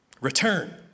return